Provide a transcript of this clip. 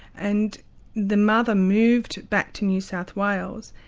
and the mother moved back to new south wales,